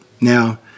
Now